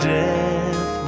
death